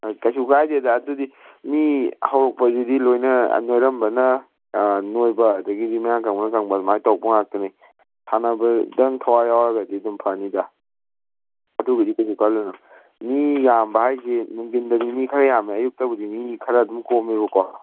ꯀꯩꯁꯨ ꯀꯥꯏꯗꯦꯗ ꯑꯗꯨꯗꯤ ꯃꯤ ꯍꯧꯔꯛꯄꯁꯤꯗꯤ ꯂꯣꯏꯅ ꯅꯣꯏꯔꯝꯕꯅ ꯅꯣꯏꯕ ꯑꯗꯒꯤꯗꯤ ꯃꯌꯥꯡ ꯀꯪꯕꯅ ꯀꯪꯕ ꯑꯗꯨꯃꯥꯏꯅ ꯇꯧꯕ ꯉꯥꯛꯇꯅꯤ ꯁꯥꯟꯅꯕꯗꯪ ꯊꯋꯥꯏ ꯌꯥꯎꯔꯒꯗꯤ ꯑꯗꯨꯝ ꯐꯅꯤꯗ ꯑꯗꯨꯕꯨꯗꯤ ꯀꯩꯁꯨ ꯈꯜꯂꯨꯅꯨ ꯃꯤ ꯌꯥꯝꯕ ꯍꯥꯏꯁꯦ ꯅꯨꯡꯗꯤꯟꯗꯗꯤ ꯃꯤ ꯈꯔ ꯌꯥꯝꯃꯦ ꯑꯌꯨꯛꯇꯕꯨꯗꯤ ꯃꯤ ꯈꯔ ꯑꯗꯨꯝ ꯀꯣꯝꯃꯦꯕꯀꯣ